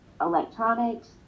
electronics